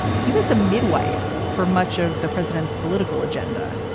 he was the midwife for much of the president's political agenda.